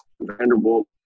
Vanderbilt